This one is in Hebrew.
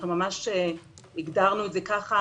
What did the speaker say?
אנחנו ממש הגדרנו את זה כך.